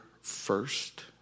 first